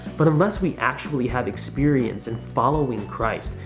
but unless we actually have experience in following christ,